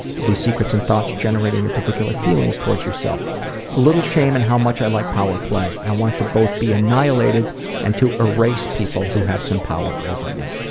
do these secrets or and thoughts generate any particular feelings towards yourself a little shame in how much i like power play. i want to both be annihilated and to erase people who have some power over me.